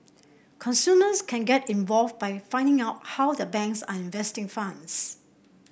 consumers can get involved by finding out how their banks are investing funds